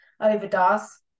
overdoes